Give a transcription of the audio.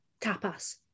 Tapas